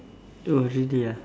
it was really ah